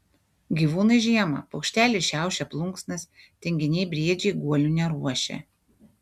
gyvūnai žiemą paukšteliai šiaušia plunksnas tinginiai briedžiai guolių neruošia